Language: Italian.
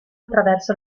attraverso